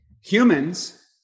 Humans